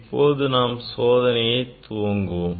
இப்போது நாம் சோதனையை துவங்குவோம்